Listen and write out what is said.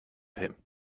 him